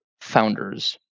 founders